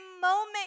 moment